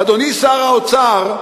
אדוני שר האוצר,